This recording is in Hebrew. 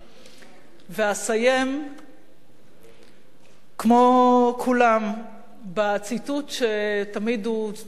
ואסיים כמו כולם בציטוט שתמיד הוא סיים בו כל נאום